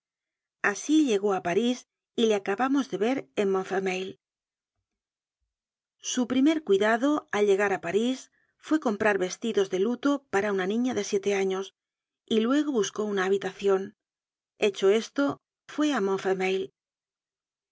asi llegó á parís y le acabamos de ver en montfermeil content from google book search generated at su primer cuidado al llegar á parís fue comprar vestidos de luto para una niña de siete años y luego buscó una habitacion hecho esto fué á